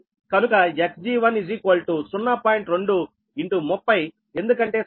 2 30 ఎందుకంటే 0